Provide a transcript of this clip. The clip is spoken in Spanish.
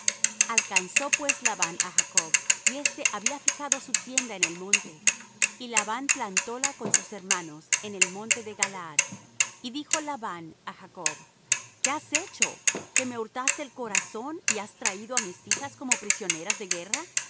alcanzó pues labán á jacob y éste había fijado su tienda en el monte y labán plantó la con sus hermanos en el monte de galaad y dijo labán á jacob qué has hecho que me hurtaste